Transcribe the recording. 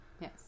Yes